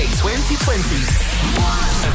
2020s